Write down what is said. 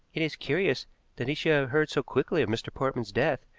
it is curious that he should have heard so quickly of mr. portman's death,